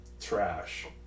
trash